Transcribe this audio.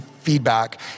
feedback